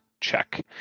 check